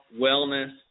wellness